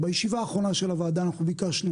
בישיבה האחרונה של הוועדה ביקשנו